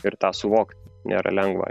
ir tą suvokti nėra lengva